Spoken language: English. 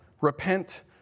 repent